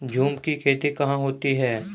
झूम की खेती कहाँ होती है?